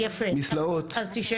מסלעות וכו'.